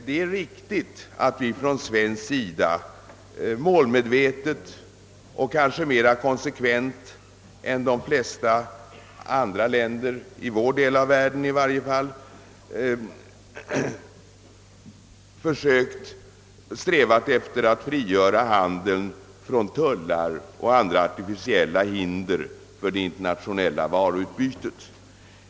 Det är riktigt att vi från svensk sida målmedvetet och kanske mera konsekvent än de flesta andra länder i vår del av världen försökt sträva efter att frigöra handeln från tullar och andra artificiella hinder för det internationella varuutbytet.